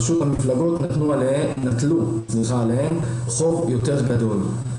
פשוט המפלגות נטלו על עצמן חוב יותר גדול.